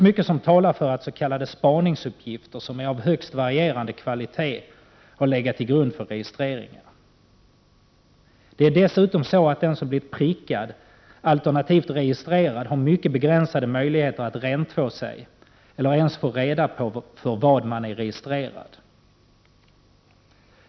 Mycket talar för att s.k. spaningsuppgifter, som är av högst varierande kvalitet, har legat till grund för registreringar. Det är dessutom så att den som blivit prickad alternativt registrerad har mycket begränsade möjligheter att rentvå sig eller ens få reda på för vad han är registrerad.